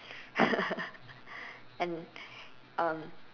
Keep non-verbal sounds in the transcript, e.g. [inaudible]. [laughs] and um